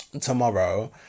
tomorrow